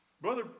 Brother